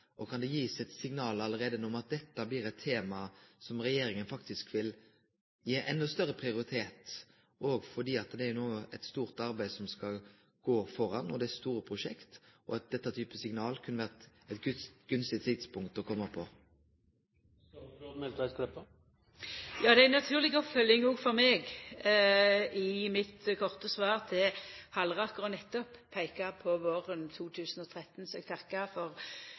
Kan det givast eit signal allereie no om at dette blir eit tema som regjeringa faktisk vil gi enda større prioritet – òg fordi det no er eit stort arbeid som skal gå føre, det er store prosjekt, og det kunne vere eit gunstig tidspunkt å kome med denne typen signal på. Ja, det var ei naturleg oppfølging for meg i mitt korte svar til Halleraker nettopp å peika på våren 2013, så eg takkar for